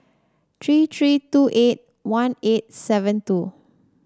three three two eight one eight seven two